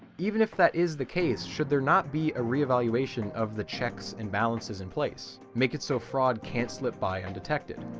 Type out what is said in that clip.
even if that is the case should there not be a re-evaluation of the checks and balances in place, make it so fraud can't slip by undetected?